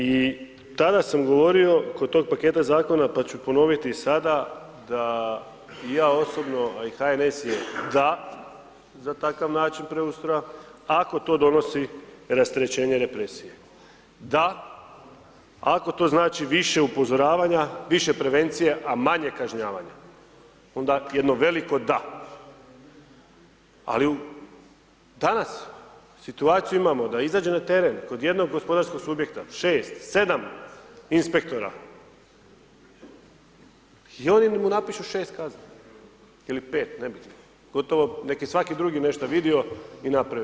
I tada sam govorio, kod tog paketa Zakona pa ću ponoviti i sada, da i ja osobno, a i HNS je da za takav način preustroja, ako to donosi rasterećenje represije, da ako to znači više upozoravanja, više prevencije, a manje kažnjavanja, onda jedno veliko DA, ali u, danas situaciju imamo da izađe na teren kod jednog gospodarskog subjekta šest, sedam inspektora, i oni mu napišu šest kazni, ili pet nebitno, gotovo nek' je svaki drugi nešta vidio i napravio.